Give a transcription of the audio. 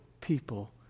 people